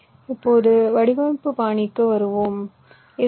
இப்போது வடிவமைப்பு பாணிக்கு வருவோம் இது ஐ